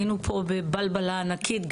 היינו פה בבלבלה ענקית.